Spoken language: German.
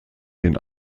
den